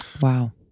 Wow